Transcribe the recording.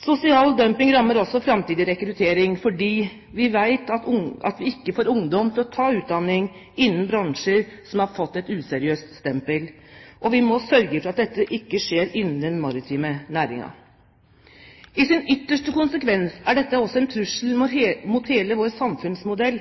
Sosial dumping rammer også framtidig rekruttering, fordi vi vet at vi ikke får ungdom til å ta utdanning innen bransjer som har fått et useriøst stempel. Vi må sørge for at dette ikke skjer innen den maritime næringen. I sin ytterste konsekvens er dette også en trussel mot hele vår samfunnsmodell.